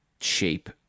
shape